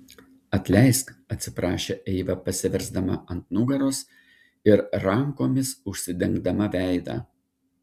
atleisk atsiprašė eiva pasiversdama ant nugaros ir rankomis užsidengdama veidą